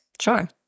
Sure